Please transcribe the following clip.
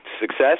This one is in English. success